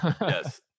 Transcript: Yes